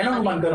אין לנו מנגנון.